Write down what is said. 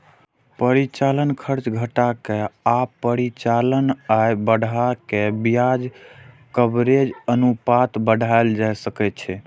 परिचालन खर्च घटा के आ परिचालन आय बढ़ा कें ब्याज कवरेज अनुपात बढ़ाएल जा सकै छै